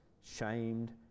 shamed